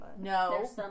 No